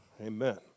amen